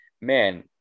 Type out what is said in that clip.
man